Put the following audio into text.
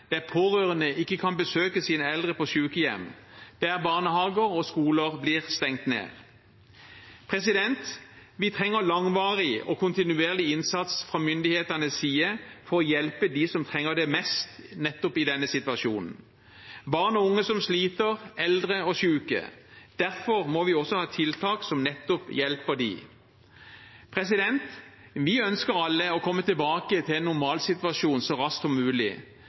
der pårørende ikke kan besøke sine eldre på sykehjem, der barnehager og skoler blir stengt ned. Vi trenger langvarig og kontinuerlig innsats fra myndighetenes side for å hjelpe dem som trenger det mest nettopp i denne situasjonen – barn og unge som sliter, eldre og syke. Derfor må vi også ha tiltak som hjelper nettopp dem. Vi ønsker alle å komme tilbake til en normalsituasjon så raskt som mulig,